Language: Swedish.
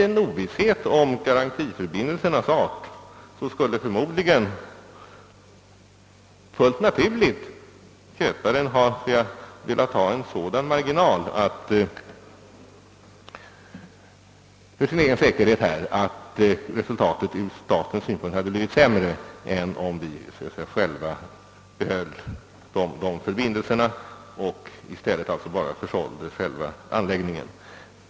Vid ovisshet om garantiförbindelsernas art skulle köparen förmodligen ha velat få en sådan marginal för sin egen säkerhet, att resultatet från statens synpunkt sett blivit sämre än om staten själv behöll garantiförbindelserna och i stället bara sålde själva anläggningen.